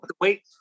wait